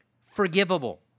forgivable